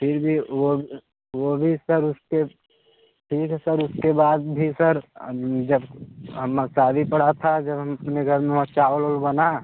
फिर भी वो वो भी सर उसके ठीक है सर उसके बाद भी सर जब मसारी पड़ा था जब हम अपने घर में चावल ओवल बना